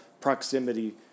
proximity